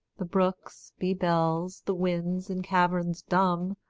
the brooks be bells the winds, in caverns dumb,